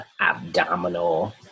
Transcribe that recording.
abdominal